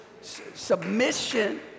Submission